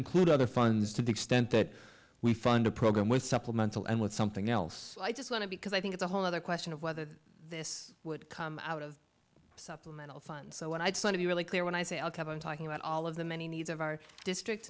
include other funds to the extent that we fund a program with supplemental and with something else i just want to because i think it's a whole other question of whether this would come out of supplemental funds so when i just want to be really clear when i say i'll keep on talking about all of the many needs of our district